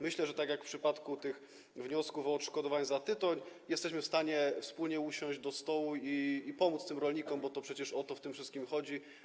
Myślę, że tak jak w przypadku wniosków o odszkodowanie za tytoń, jesteśmy w stanie razem usiąść do stołu i pomóc tym rolnikom, bo przecież o to w tym wszystkim chodzi.